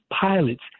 pilots